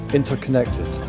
interconnected